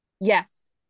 Yes